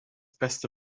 beste